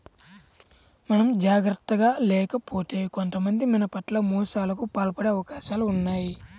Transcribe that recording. మనం జాగర్తగా లేకపోతే కొంతమంది మన పట్ల మోసాలకు పాల్పడే అవకాశాలు ఉన్నయ్